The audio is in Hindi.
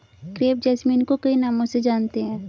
क्रेप जैसमिन को कई नामों से जानते हैं